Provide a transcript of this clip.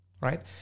right